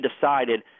decided